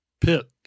pit